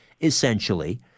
essentially